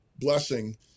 blessing